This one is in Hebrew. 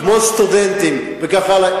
כמו סטודנטים וכך הלאה,